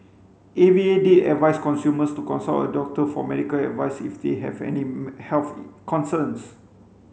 A V A did advice consumers to consult a doctor for medical advice if they have any health concerns